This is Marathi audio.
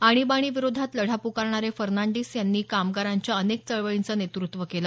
आणिबाणीविरोधात लढा प्कारणारे फर्नांडीस यांनी कामगारांच्या अनेक चळवळींचं नेतृत्व केलं